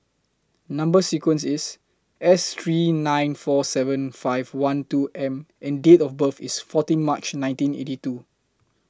Number sequence IS S three nine four seven five one two M and Date of birth IS fourteen March nineteen eighty two